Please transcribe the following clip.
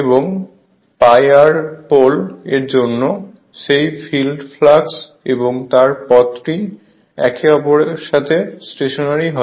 এবং π r পোল এর জন্য সেই ফিল্ড ফ্লাক্স এবং তার পথটি একে অপরের সাথে স্টেশনারী হয়